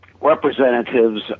representatives